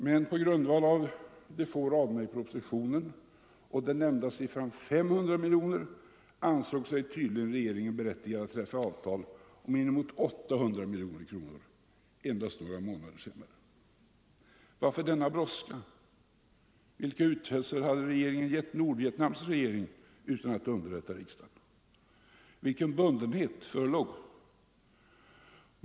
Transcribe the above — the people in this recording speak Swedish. Men på grundval av de få raderna i propositionen och den nämnda siffran 500 miljoner kronor ansåg sig tydligen regeringen berättigad att träffa avtal om inemot 800 miljoner kronor endast några månader senare. Varför denna brådska? Vilka utfästelser hade regeringen gett Nordvietnams regering utan att underrätta riksdagen? Vilken bundenhet förelåg?